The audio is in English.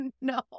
no